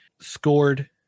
scored